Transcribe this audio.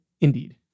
Indeed